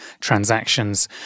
transactions